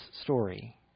story